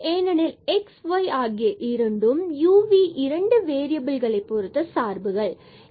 ஏனெனில் x மற்றும் y ஆகிய இரண்டும் u மற்றும் v இரண்டு வேறியபில்களை பொருத்த சார்புகள் ஆகும்